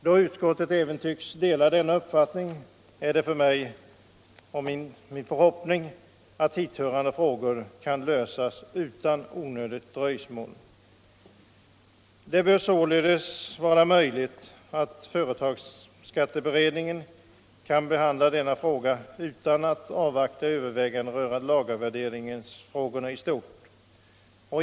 Då utskottet tycks dela denna uppfattning är min förhoppning att hithörande frågor skall kunna lösas utan onödigt dröjsmål. Det bör således vara möjligt för företagsskatteberedningen att behandla denna fråga utan att avvakta övervägandena rörande lagervärderingsfrågorna i stort.